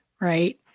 right